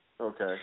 Okay